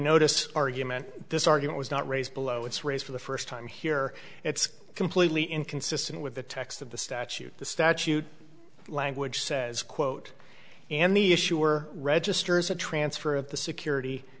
notice argument this argument was not raised below its raise for the first time here it's completely inconsistent with the text of the statute the statute language says quote and the issuer registers a transfer of the security